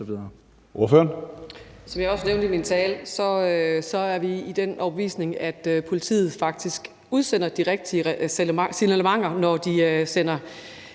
(DD): Som jeg også nævnte i min tale, er vi af den overbevisning, at politiet faktisk udsender de rigtige signalementer, når de sender